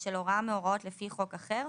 ושל הוראה מההוראות לפי חוק אחר,